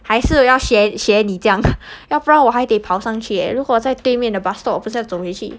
还是要学学你这样要不然我还得跑上去 eh 如果我在对面的 bus stop 我不是要走回去